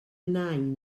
nain